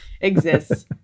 exists